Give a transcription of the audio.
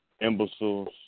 imbeciles